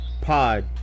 pod